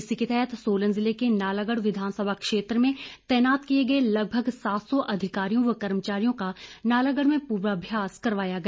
इसी के तहत सोलन जिले के नालागढ़ विधानसभा क्षेत्र में तैनात किए गए लगभग सात सौ अधिकारियों व कर्मचारियों का नालागढ़ में पूर्वाभ्यास करवाया गया